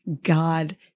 God